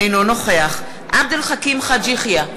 אינו נוכח עבד אל חכים חאג' יחיא,